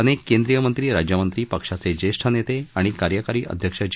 अनेक केंद्रीय मंत्री राज्यमंत्री पक्षाचे ज्येष्ठ नेते आणि कार्यकारी अध्यक्ष जे